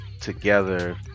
together